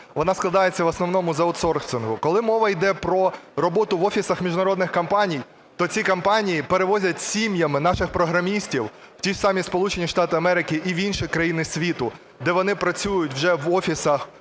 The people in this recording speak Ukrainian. вона складається в основному з аутсорсингу. Коли мова йде про роботу в офісах міжнародних компаній, то ці компанії перевозять сім'ями наших програмістів в ті ж самі Сполучені Штати Америки і в інші країни світу, де вони працюють вже в офісах